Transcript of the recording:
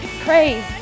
praise